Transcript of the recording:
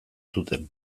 zuten